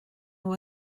nhw